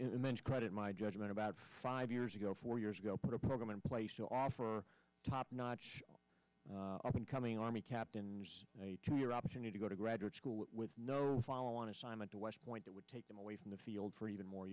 immense credit my judgement about five years ago four years ago put a program in place to offer top notch incoming army captains a two year opportunity to go to graduate school with no follow on assignment to west point that would take them away from the field for even more